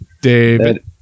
David